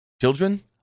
Children